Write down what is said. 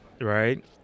right